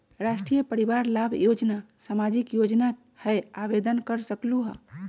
राष्ट्रीय परिवार लाभ योजना सामाजिक योजना है आवेदन कर सकलहु?